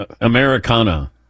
Americana